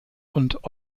und